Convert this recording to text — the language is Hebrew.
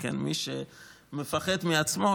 מי שמפחד מעצמו,